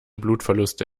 blutverluste